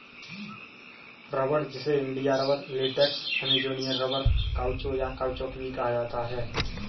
रबड़, जिसे India rubber, latex, Amazonian rubber, काउचो, या काउचौक भी कहा जाता है